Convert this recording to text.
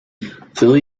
voel